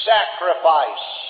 sacrifice